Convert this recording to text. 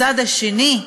מצד שני,